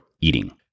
eating